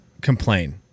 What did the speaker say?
complain